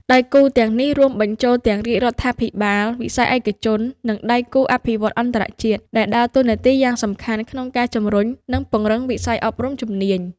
ដៃគូទាំងនេះរួមបញ្ចូលទាំងរាជរដ្ឋាភិបាល វិស័យឯកជន និងដៃគូអភិវឌ្ឍន៍អន្តរជាតិ ដែលដើរតួនាទីយ៉ាងសំខាន់ក្នុងការជំរុញ និងពង្រឹងវិស័យអប់រំជំនាញ។